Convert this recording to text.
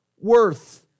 worth